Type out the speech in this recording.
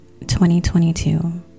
2022